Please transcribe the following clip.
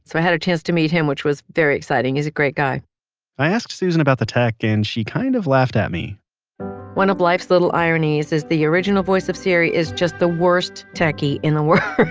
so i had a chance to meet him which was very exciting. he's a great guy i asked susan about the tech and she kind of laughed at me one of life's little ironies is the original voice of siri is just the worst techie in the world.